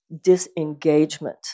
disengagement